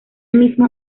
mismo